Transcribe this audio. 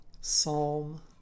psalm